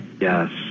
yes